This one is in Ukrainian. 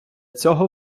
цього